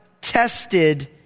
tested